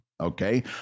okay